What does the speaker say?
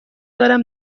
دارم